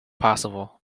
possible